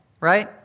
Right